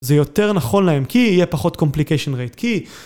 זה יותר נכון להם, כי יהיה פחות complication rate, כי...